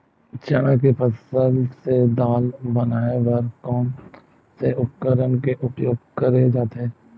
चना के फसल से दाल बनाये बर कोन से उपकरण के उपयोग करे जाथे?